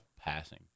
passing